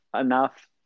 enough